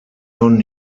von